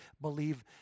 Believe